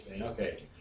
Okay